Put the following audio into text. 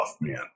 man